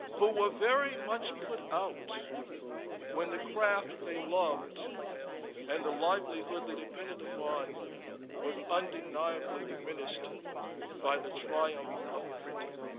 who were very much put out when the craft they loved and the livelihood they depended upon was undeniably diminished by the triumph of printing.